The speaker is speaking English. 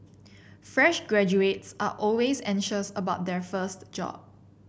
fresh graduates are always anxious about their first job